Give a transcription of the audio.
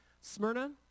Smyrna